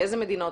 לאיזה מדינות?